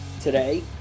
Today